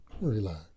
Relax